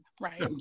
Right